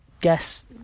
guess